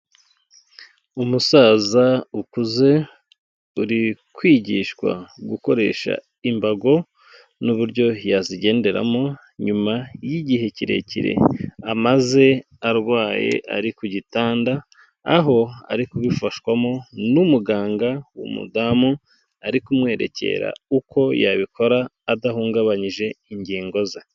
Umusaza ukuze, uri kwigishwa gukoresha imbago n'uburyo yazigenderamo nyuma y'igihe kirekire amaze arwaye ari ku gitanda, aho ari kubifashwamo n'umuganga w'umudamu ari kumwerekera uko yabikora adahungabanyije ingingo ze.